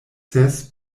ses